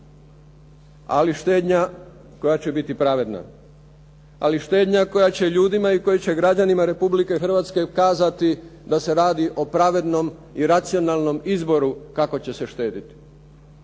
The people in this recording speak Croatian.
ali štednja koja će biti pravedna, ali štednja koja će ljudima i koja će građanima REpublike Hrvatske kazati da se radi o pravednom i racionalnom izboru kako će se štedjeti.